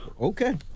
Okay